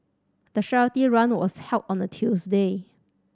the charity run was held on a Tuesday